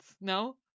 No